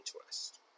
interest